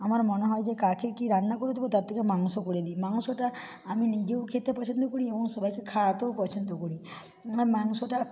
আমার মনে হয় যে কাকে কি রান্না করে দেবো তার থেকে মাংস করে দিই মাংসটা আমি নিজেও খেতে পছন্দ করি এবং সবাইকে খাওয়াতেও পছন্দ করি না মাংসটা